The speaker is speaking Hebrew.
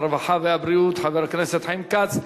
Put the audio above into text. הרווחה והבריאות חבר הכנסת חיים כץ.